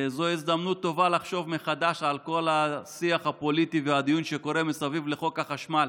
טובה לחשוב מחדש על כל השיח הפוליטי והדיון שקורה מסביב לחוק החשמל